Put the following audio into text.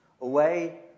away